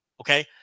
Okay